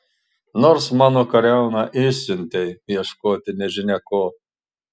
nors mano kariauną išsiuntei ieškoti nežinia ko